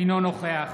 אינו נוכח